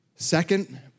Second